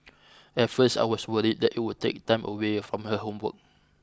at first I was worried that it would take time away from her homework